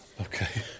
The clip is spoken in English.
Okay